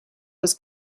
was